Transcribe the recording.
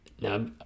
Now